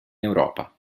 europa